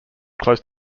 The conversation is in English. close